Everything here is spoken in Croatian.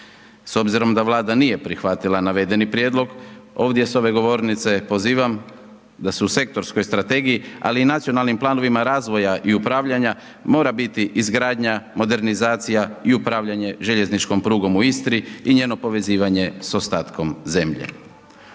S obzirom da Vlada nije prihvatila navedeni prijedlog, ovdje s ove govornice pozivam da su u sektorskoj strategiji ali i nacionalnim planovima razvoja i upravljanja mora biti izgradnja, modernizacija i upravljanje željezničkom prugom u Istri i njeno povezivanje s ostatkom zemlje.